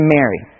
Mary